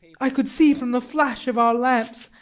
i could see from the flash of our lamps,